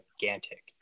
gigantic